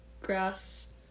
grass